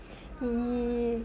hmm